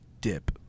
dip